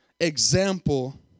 example